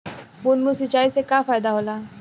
बूंद बूंद सिंचाई से का फायदा होला?